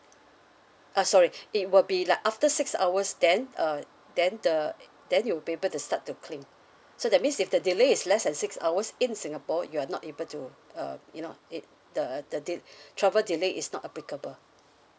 uh sorry it will be like after six hours then uh then the then you'll be able to start to claim so that means if the delay is less than six hours in singapore you are not able to uh you know it the de~ travel delay is not applicable